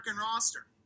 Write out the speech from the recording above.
roster